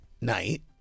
night